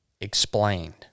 Explained